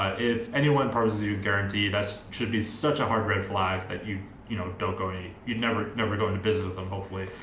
if anyone parties you guarantee that should be such a hard red flag that you you know don't going you'd never never go into business with them, hopefully.